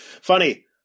Funny